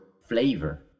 flavor